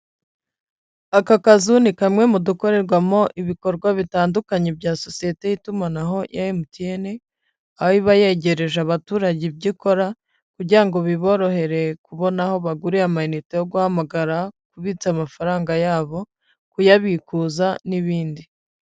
Aka kazu ni kamwe mu dukorerwamo ibikorwa bitandukanye bya sosiyete y'itumanaho ya MTN, aho yegereje abaturage ibyo ikora, kugira ngo biborohere kubona aho bagurira amayinite yo guhamagara, kubitsa amafaranga yabo, kuyabikuza n'ibindi.